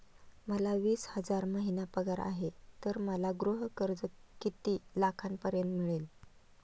मला वीस हजार महिना पगार आहे तर मला गृह कर्ज किती लाखांपर्यंत मिळेल?